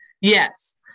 Yes